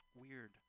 Weird